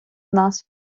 нас